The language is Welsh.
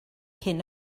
cyn